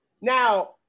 now